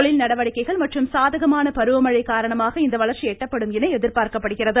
தொழில் நடவடிக்கைகள் மற்றும் சாதகமான பருவமழை காரணமாக இந்த வளர்ச்சி எட்டப்படும் என எதிர்பார்க்கப்படுகிறது